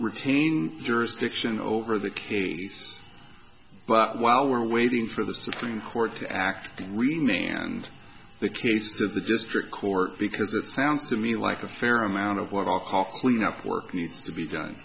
retain jurisdiction over the case but while we're waiting for the supreme court to act renamed the case to the district court because it sounds to me like a fair amount of what all costs cleanup work needs to be done